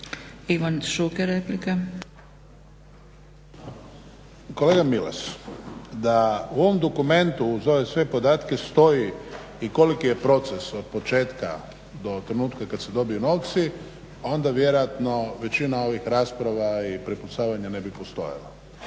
Ivan (HDZ)** Kolega Milas, da u ovom dokumentu uz ove sve podatke stoji i koliki je proces početka do trenutka kad se dobiju novci, onda vjerojatno većina ovih rasprava i prepucavanje ne bi postojalo.